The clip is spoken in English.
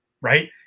right